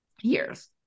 years